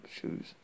shoes